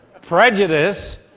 Prejudice